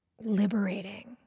liberating